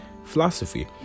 philosophy